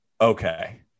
okay